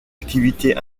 activité